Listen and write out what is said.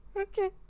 Okay